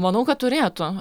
manau kad turėtų